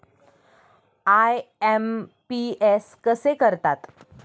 IMPS कसे करतात?